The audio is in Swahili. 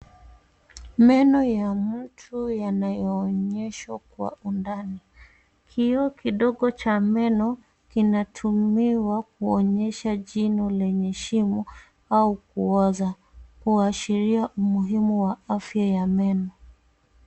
Meno ya mtu yanayoonyeshwa kwa undani , kioo kidogo cha meno kinatumiwa kuonyesha jino lenye shimo au kuoza kuashiria umuhimu wa afya ya meno.